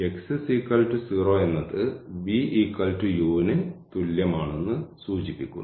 x 0 എന്നത് v u ന് തുല്യമാണെന്ന് സൂചിപ്പിക്കുന്നു